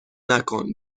نکن